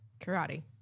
karate